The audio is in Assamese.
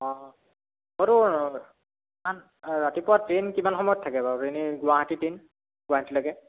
অঁ মইতো কিমান ৰাতিপুৱা ট্ৰেইন কিমান সময়ত থাকে বাৰু এনেই গুৱাহাটী ট্ৰেইন গুৱাহাটীলৈকে